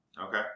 Okay